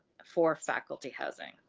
for faculty housing.